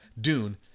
Dune